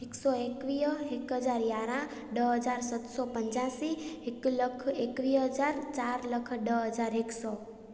हिकु सौ एकवीह हिकु हज़ार यारहां ॾह हज़ार सत सौ पंजासी हिकु लखु एकवीअ हज़ार चारि लख ॾह हज़ार हिकु सौ